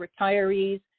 retirees